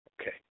okay